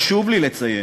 חשוב לי לציין,